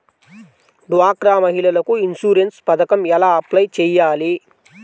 డ్వాక్రా మహిళలకు ఇన్సూరెన్స్ పథకం ఎలా అప్లై చెయ్యాలి?